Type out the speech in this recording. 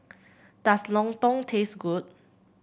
does lontong taste good